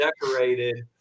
decorated